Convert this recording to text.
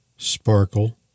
Sparkle